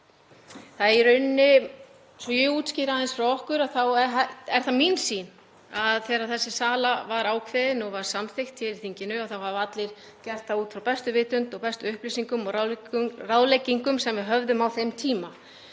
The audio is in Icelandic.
skref verða. Svo ég útskýri aðeins okkar hlið þá er það mín sýn að þegar þessi sala var ákveðin og var samþykkt hér í þinginu þá hafi allir gert það út frá bestu vitund og bestu upplýsingum og ráðleggingum sem við höfðum á þeim tíma.